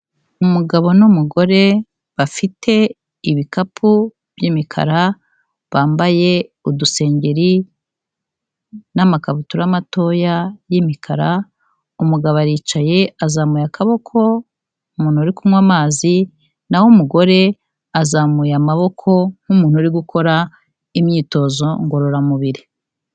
Umugabo n'umugore bafite ibikapu by'imikara bambaye udusengeri n'amakabutura matoya y'imikara, umugabo aricaye azamuye akaboko nk'umuntu uri kunywa amazi na ho umugore azamuye amaboko nk'umuntu uri gukora imyitozo ngororamubiri.